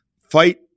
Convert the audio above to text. fight